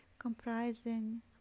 comprising